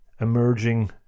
emerging